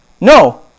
No